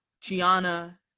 Gianna